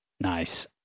Nice